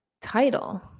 title